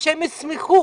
ושהם ישמחו.